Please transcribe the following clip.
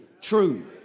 true